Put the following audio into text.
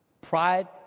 pride